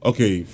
Okay